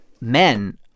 men